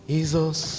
Jesus